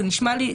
זה נשמע לי,